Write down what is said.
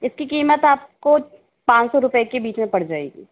इसकी कीमत आपको पाँच सौ रुपए के बीच में पड़ जाएगी